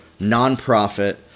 nonprofit